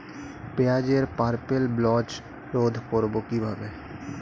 পেঁয়াজের purple blotch রোধ করবো কিভাবে?